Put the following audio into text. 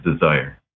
desire